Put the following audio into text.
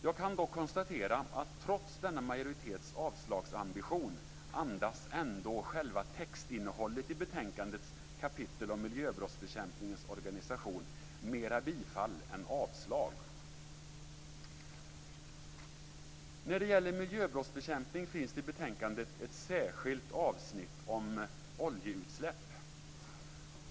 Jag kan dock konstatera att trots denna majoritets avslagsambition andas själva textinnehållet i betänkandets avsnitt om miljöbrottsbekämpningens organisation mera bifall än avslag. När det gäller miljöbrottsbekämpning finns det i betänkandet ett särskilt avsnitt om oljeutsläpp.